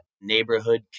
neighborhood